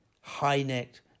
high-necked